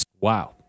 Wow